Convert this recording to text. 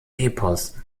epos